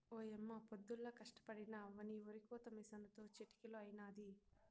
ఓయమ్మ పొద్దుల్లా కష్టపడినా అవ్వని ఒరికోత మిసనుతో చిటికలో అయినాది